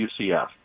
UCF